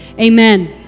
Amen